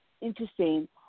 interesting